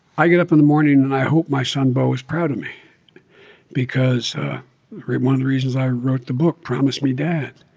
i get up in the morning, and i hope my son beau is proud of me because one of the reasons i wrote the book, promise me, dad